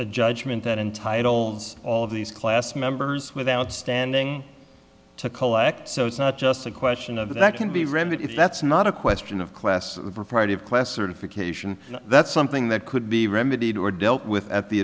a judgment that entitles all of these class members without standing to collect so it's not just a question of that can be remedied if that's not a question of class propriety of quest certification that's something that could be remedied or dealt with at the